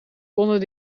konden